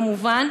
כמובן.